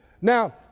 Now